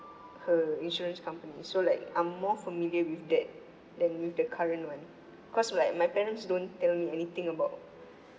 her insurance company so like I'm more familiar with that than with the current one cause like my parents don't tell me anything about